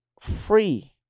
free